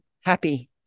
happy